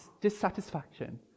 dissatisfaction